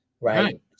right